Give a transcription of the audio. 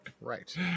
right